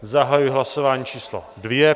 Zahajuji hlasování číslo 2.